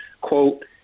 quote